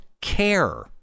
care